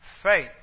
Faith